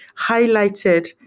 highlighted